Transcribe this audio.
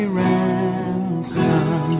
ransom